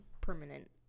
permanent